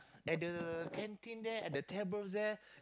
at the canteen there at the tables there